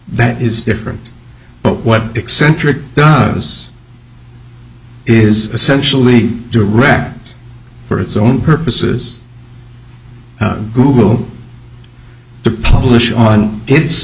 that is different but what eccentric does is essentially direct for its own purposes google to publish on its